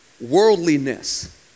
worldliness